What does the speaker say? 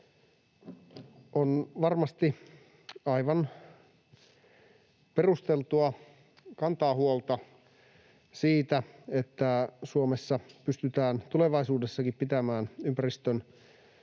On varmasti aivan perusteltua kantaa huolta siitä, että Suomessa pystytään tulevaisuudessakin pitämään ympäristönsuojelun